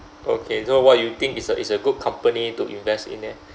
okay so what you think is a is a good company to invest in leh